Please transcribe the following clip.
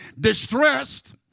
distressed